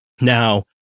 now